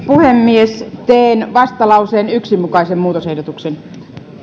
puhemies teen vastalauseen yhden mukaisen muutosehdotuksen